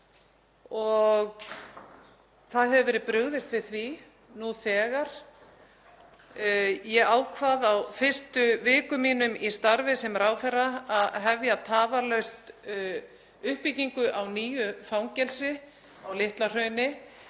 og hefur verið brugðist við því nú þegar. Ég ákvað á fyrstu vikum mínum í starfi sem ráðherra að hefja tafarlaust uppbyggingu á nýju fangelsi á Litla-Hrauni